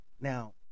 Now